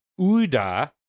Uda